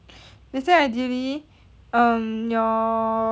they say ideally um your